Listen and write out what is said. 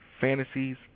fantasies